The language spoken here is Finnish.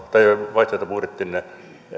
vaihtoehtobudjettinne